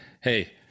hey